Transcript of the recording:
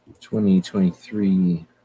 2023